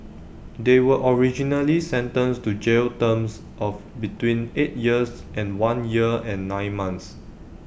they were originally sentenced to jail terms of between eight years and one year and nine months